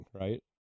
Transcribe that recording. right